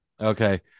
Okay